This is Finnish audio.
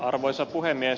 arvoisa puhemies